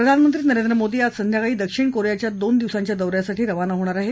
प्रधानमंत्री नरेंद्र मोदी आज संध्याकाळी दक्षिण कोरियाच्या दोन दिवसांच्या दौ यासाठी रवाना होणार आहेत